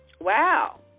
Wow